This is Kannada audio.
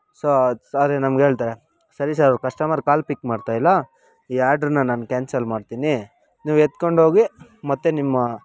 ಸೊ ಸ್ವಾರಿ ನಮ್ಗೆ ಹೇಳ್ತಾರೆ ಸರಿ ಸರ್ ಅವ್ರು ಕಶ್ಟಮರ್ ಕಾಲ್ ಪಿಕ್ ಮಾಡ್ತಾ ಇಲ್ಲ ಈ ಆರ್ಡ್ರನ್ನ ನಾನು ಕ್ಯಾನ್ಸಲ್ ಮಾಡ್ತೀನಿ ನೀವು ಎತ್ಕೊಂಡೋಗಿ ಮತ್ತೆ ನಿಮ್ಮ